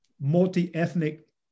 multi-ethnic